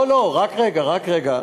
לא, לא, רק רגע, רק רגע.